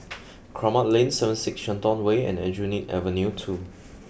Kramat Lane seven six Shenton Way and Aljunied Avenue two